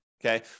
Okay